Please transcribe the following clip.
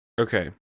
Okay